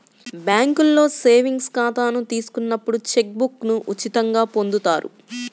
బ్యేంకులో సేవింగ్స్ ఖాతాను తీసుకున్నప్పుడు చెక్ బుక్ను ఉచితంగా పొందుతారు